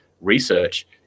research